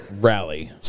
rally